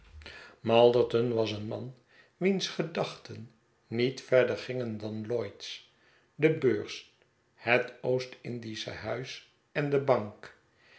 malderton was een man wiens gedachten niet verder gingen dan lloyd's de beurs het oostindische huis en de bank